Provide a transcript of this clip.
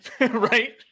Right